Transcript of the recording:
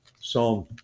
Psalm